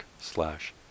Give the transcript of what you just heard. slash